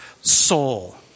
soul